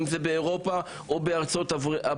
אם זה באירופה או בארצות-הברית.